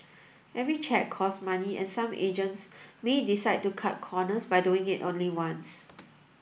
every check costs money and some agents may decide to cut corners by doing it only once